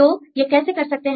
तो यह कैसे कर सकते हैं